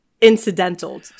incidental